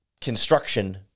construction